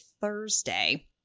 Thursday